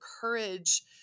courage